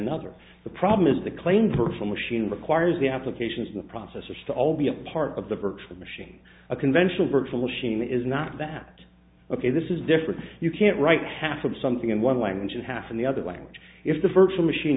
another the problem is the claim virtual machine requires the applications of the processors to all be a part of the virtual machine a conventional virtual machine is not that ok this is different you can't write half of something in one language and half in the other language if the virtual machine